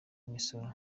imisoro